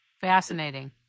Fascinating